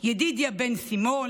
ידידיה בן שימול,